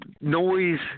Noise